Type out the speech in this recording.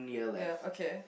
ya okay